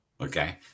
okay